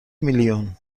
میلیون